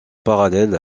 parallèles